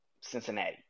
Cincinnati